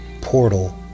portal